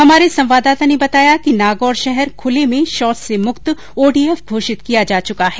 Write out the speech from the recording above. हमारे संवाददाता ने बताया कि नागौर शहर खुले में शौच से मुक्त ओडीएफ घोषित किया जा चुका है